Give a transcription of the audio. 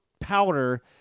powder